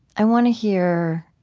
i want to hear,